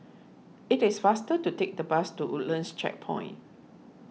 it is faster to take the bus to Woodlands Checkpoint